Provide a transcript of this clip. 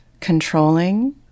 controlling